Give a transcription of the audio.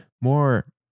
more